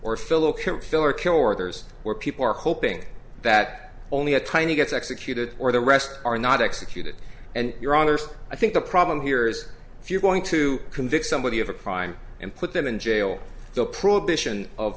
fill or kill orders where people are hoping that only a tiny gets executed or the rest are not executed and your honour's i think the problem here is if you're going to convict somebody of a crime and put them in jail the prohibition of